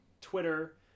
Twitter